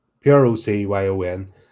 p-r-o-c-y-o-n